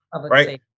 Right